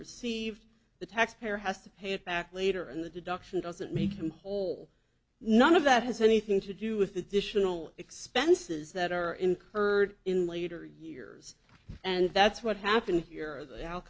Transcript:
received the taxpayer has to pay it back later in the deduction doesn't make them whole none of that has anything to do with additional expenses that are incurred in later years and that's what happened here that al